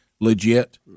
legit